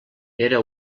era